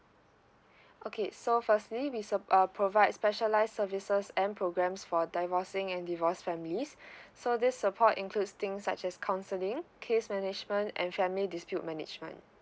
okay so firstly we sup~ uh provide specialised services and programs for divorcing and divorce families so this support includes things such as counselling case management and family dispute management